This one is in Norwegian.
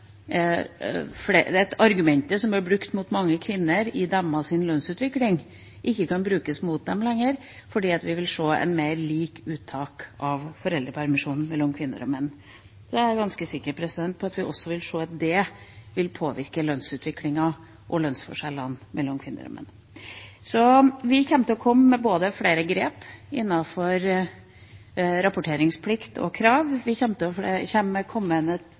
se et mer likt uttak av foreldrepermisjonen mellom kvinner og menn. Jeg er ganske sikker på at vi også vil se at det vil påvirke lønnsutviklingen og lønnsforskjellene mellom kvinner og menn. Så vi kommer til å komme med flere grep innenfor rapporteringsplikt og -krav. Vi kommer til å